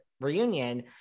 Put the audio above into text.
reunion